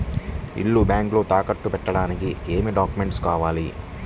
ఇల్లు బ్యాంకులో తాకట్టు పెట్టడానికి ఏమి డాక్యూమెంట్స్ కావాలి?